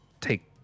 take